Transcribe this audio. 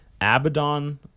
Abaddon